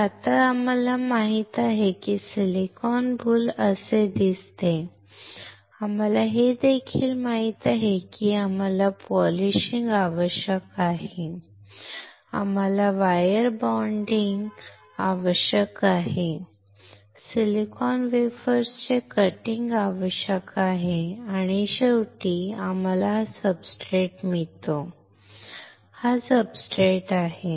तर आता आम्हाला माहित आहे की सिलिकॉन बुल असे दिसते आम्हाला हे देखील माहित आहे की आम्हाला पॉलिशिंग आवश्यक आहे आम्हाला वायर बाँडिंग आवश्यक आहे आम्हाला सिलिकॉन वेफर्सचे कटिंग आवश्यक आहे आणि शेवटी आम्हाला हा सब्सट्रेट मिळतो हा सब्सट्रेट आहे